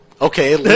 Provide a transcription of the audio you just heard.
okay